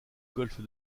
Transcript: golfe